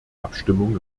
abstimmung